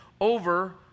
over